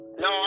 No